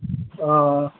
हां